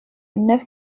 neuf